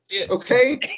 Okay